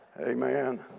Amen